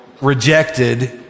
rejected